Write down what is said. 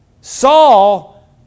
Saul